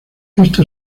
esto